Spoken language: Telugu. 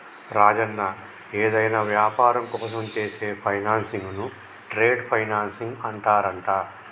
రాజన్న ఏదైనా వ్యాపారం కోసం చేసే ఫైనాన్సింగ్ ను ట్రేడ్ ఫైనాన్సింగ్ అంటారంట